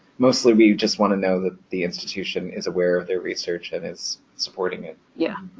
mostly we just want to know that the institution is aware of their research and is supporting it. yeah,